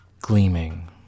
gleaming